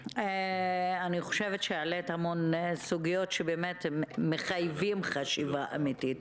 העלית המון סוגיות שמחייבות חשיבה אמיתית.